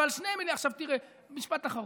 עכשיו תראה, משפט אחרון: